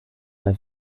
bei